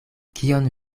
kion